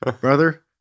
brother